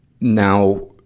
now